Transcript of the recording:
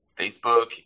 Facebook